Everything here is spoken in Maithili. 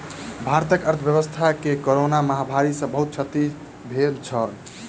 भारतक अर्थव्यवस्था के कोरोना महामारी सॅ बहुत क्षति भेल छल